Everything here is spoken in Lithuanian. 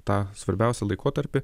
tą svarbiausią laikotarpį